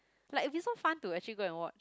like it'll be so fun to actually go and watch